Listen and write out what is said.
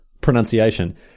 pronunciation